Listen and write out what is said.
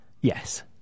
yes